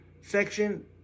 section